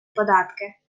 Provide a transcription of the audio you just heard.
податки